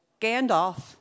Gandalf